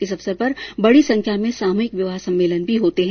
इस अवसर पर बड़ी सख्या में सामूहिक विवाह सम्मेलन भी होते हैं